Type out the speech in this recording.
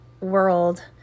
world